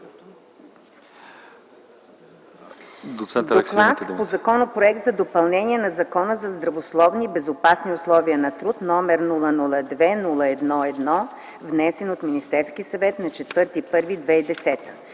обсъди Законопроект за допълнение на Закона за здравословни и безопасни условия на труд, № 002-01-1, внесен от Министерския съвет на 04.01.2010